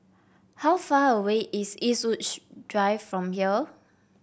how far away is Eastwood Drive from here